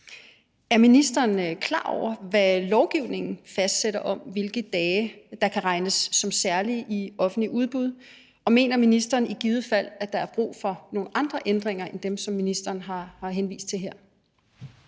Er ministeren klar over, hvad lovgivningen fastsætter om, hvilke dage der kan regnes som særlige i offentligt udbud, og mener ministeren i givet fald, at der er brug for nogle andre ændringer end dem, som ministeren har henvist til her?